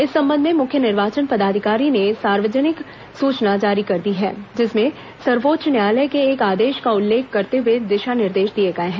इस संबंध में मुख्य निर्वाचन पदाधिकारी ने सार्वजनिक सूचना जारी कर दी है जिसमें सर्वोच्च न्यायालय के एक आदेश का उल्लेख करते हए दिशा निर्देश दिए गए हैं